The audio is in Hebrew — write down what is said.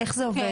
איך זה עובד?